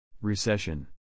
Recession